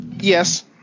Yes